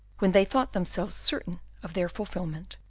when they thought themselves certain of their fulfilment.